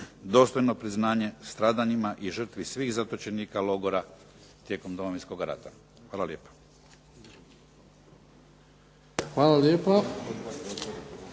dostojno priznanje stradanjima i žrtvi svih zatočenika logora tijekom Domovinskog rata. Hvala lijepa.